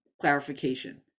clarification